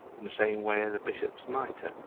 in the same way as a bishop's mitre,